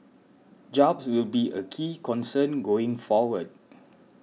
jobs will be a key concern going forward